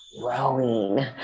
growing